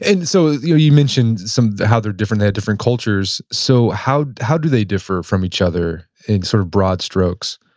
and so you you mentioned some how they're different and they have different cultures, so how how do they differ from each other in sort of broad strokes?